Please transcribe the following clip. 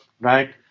right